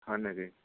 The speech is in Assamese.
হয় নেকি